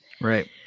Right